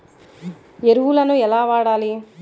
ఎరువులను ఎలా వాడాలి?